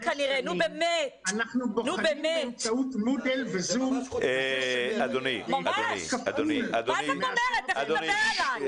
אנחנו בוחנים באמצעות מודל וזום במשך שנים בהיקף כפול מאשר תומקס.